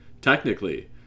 Technically